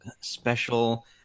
special